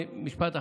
משפט אחרון,